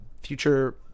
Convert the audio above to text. future